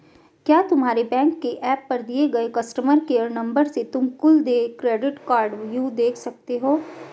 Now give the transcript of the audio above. क्या तुम्हारे बैंक के एप पर दिए गए कस्टमर केयर नंबर से तुम कुल देय क्रेडिट कार्डव्यू देख सकते हो?